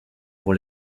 pour